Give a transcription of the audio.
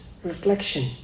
Reflection